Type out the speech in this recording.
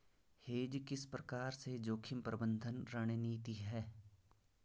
Hedge किस प्रकार से जोखिम प्रबंधन रणनीति है?